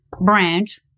branch